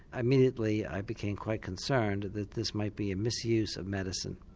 immediately i became quite concerned that this might be a misuse of medicine,